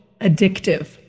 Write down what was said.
addictive